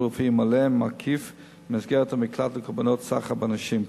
רפואי מלא ומקיף במסגרת המקלט לקורבנות סחר בנשים.